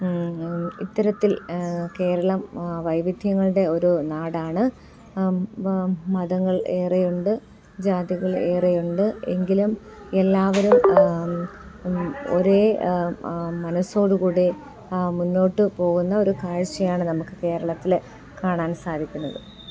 ഇത്തരത്തിൽ കേരളം വൈവിധ്യങ്ങളുടെ ഒരു നാടാണ് മതങ്ങൾ ഏറെയുണ്ട് ജാതികൾ ഏറെയുണ്ട് എങ്കിലും എല്ലാവരും ഒരേ മനസ്സോടു കൂടെ മുന്നോട്ട് പോകുന്ന ഒരു കാഴ്ചയാണ് നമുക്ക് കേരളത്തിലെ കാണാൻ സാധിക്കുന്നത്